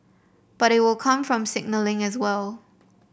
but it will come from signalling as well